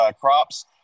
crops